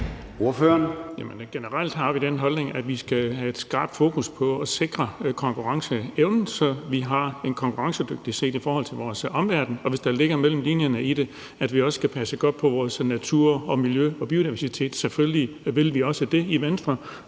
Generelt har vi den holdning, at vi skal have et skarpt fokus på at sikre konkurrenceevnen, så vi er konkurrencedygtige set i forhold til vores omverden. Og hvis der ligger mellem linjerne i det, at vi også skal passe godt på vores natur og miljø og biodiversitet, vil vi selvfølgelig også det i Venstre.